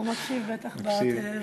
הוא מקשיב, בטח, בטלוויזיה.